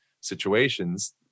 situations